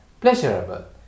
Pleasurable